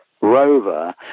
rover